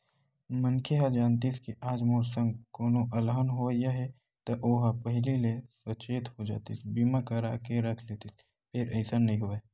मनखे ह जानतिस के आज मोर संग कोनो अलहन होवइया हे ता ओहा पहिली ले सचेत हो जातिस बीमा करा के रख लेतिस फेर अइसन नइ होवय